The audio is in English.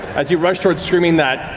as you rush towards, screaming that,